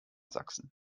sachsen